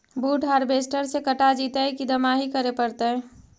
बुट हारबेसटर से कटा जितै कि दमाहि करे पडतै?